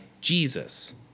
Jesus